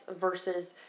versus